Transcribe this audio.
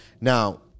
Now